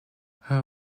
her